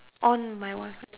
on my wifi